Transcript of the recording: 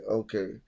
okay